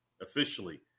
officially